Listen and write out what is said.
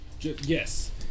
yes